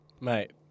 Mate